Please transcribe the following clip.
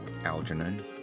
Algernon